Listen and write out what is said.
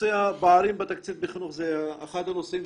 נושא הפערים בתקציב בחינוך זה אחד הנושאים